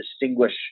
distinguish